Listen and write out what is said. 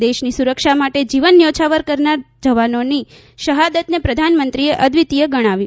દેશની સુરક્ષા માટે જીવન ન્યોછાવર કરનાર જવાનોની શહાદતને પ્રધાનમંત્રીએ અદ્વિતિય ગણાવી